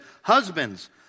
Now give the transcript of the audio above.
Husbands